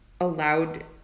allowed